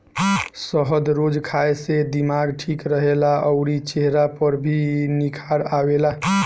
शहद रोज खाए से दिमाग ठीक रहेला अउरी चेहरा पर भी निखार आवेला